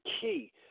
key